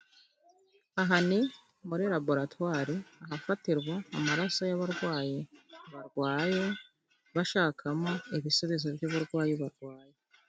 Aha ni muri laboratwari ahafatirwa amaraso y'abarwayi barwaye bashakamo ibisubizo by'uburwayi barwaye.